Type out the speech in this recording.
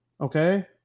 Okay